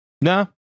No